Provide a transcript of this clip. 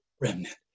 remnant